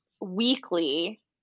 weekly